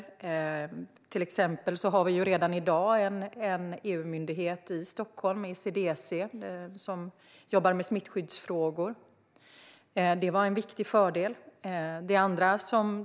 Till exempel har vi redan i dag en EU-myndighet i Stockholm: ECDC, som jobbar med smittskyddsfrågor. Det var en viktig fördel.